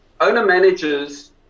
owner-managers